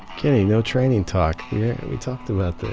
kenny, no training talk we talked about this